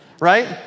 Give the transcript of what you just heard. right